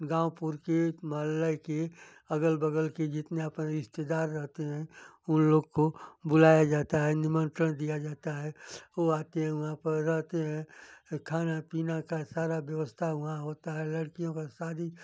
गाँव पुर के मोहल्ले के अगल बगल के जितने अपन रिश्तेदार रहते हैं उन लोग को बुलाया जाता है निमंत्रण दिया जाता है वो आते हैं वहाँ पर रहते हैं खाना पीना का सारा व्यवस्था वहाँ होता है लड़कियों का शादी